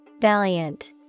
Valiant